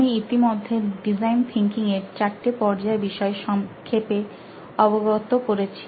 আমি ইতিমধ্যে design thinking এর চারটে পর্যায়ের বিষয় সংক্ষেপে অবগত করেছি